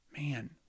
man